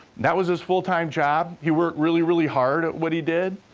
that was his full-time job. he worked really, really hard at what he did,